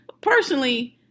Personally